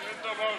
אין דבר כזה.